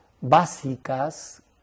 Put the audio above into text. básicas